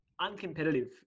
uncompetitive